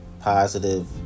positive